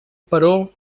però